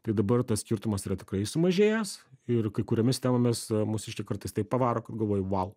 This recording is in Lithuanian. tai dabar tas skirtumas yra tikrai sumažėjęs ir kai kuriomis temomis mūsiškiai kartais taip pavaro kad galvoji vau